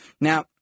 Now